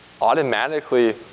automatically